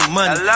money